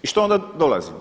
I što onda dolazi?